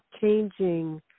changing